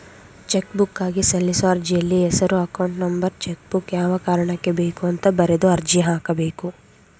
ಚೆಕ್ಬುಕ್ಗಾಗಿ ಸಲ್ಲಿಸೋ ಅರ್ಜಿಯಲ್ಲಿ ಹೆಸರು ಅಕೌಂಟ್ ನಂಬರ್ ಚೆಕ್ಬುಕ್ ಯಾವ ಕಾರಣಕ್ಕೆ ಬೇಕು ಅಂತ ಬರೆದು ಅರ್ಜಿ ಹಾಕಬೇಕು